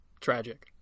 tragic